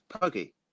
Puggy